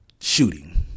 shooting